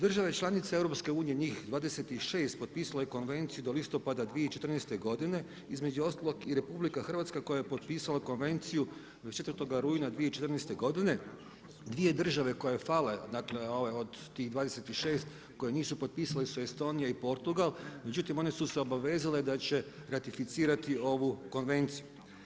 Države članice EU-a, njih 26 potpisalo je Konvenciju do listopada 2014. godine, između ostalog i RH koja je potpisala Konvenciju 24. rujna 2014. godine, dvije države koje fale dakle ove od tih 26. koje nisu potpisale su Estonija i Portugal, međutim one su se obavezale da će ratificirati ovu Konvenciju.